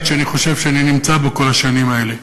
שאני חושב שאני נמצא בו בכל השנים האלה.